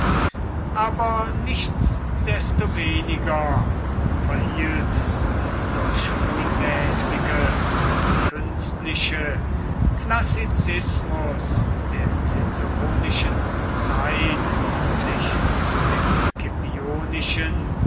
aber nichtsdestoweniger verhielt dieser schulmäßige und künstliche klassizismus der ciceronischen zeit sich zu dem scipionischen